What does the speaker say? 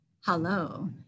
hello